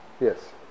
Yes